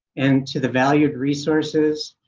and to the valued resources.